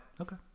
okay